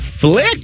Flick